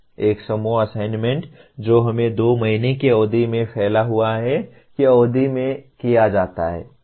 एक समूह असाइनमेंट जो हमें 2 महीने की अवधि में फैला हुआ है की अवधि में किया जाता है